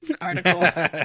article